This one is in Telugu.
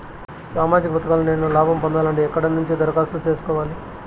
సామాజిక పథకాలను నేను లాభం పొందాలంటే ఎక్కడ నుంచి దరఖాస్తు సేసుకోవాలి?